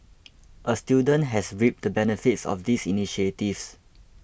a student has reaped the benefits of these initiatives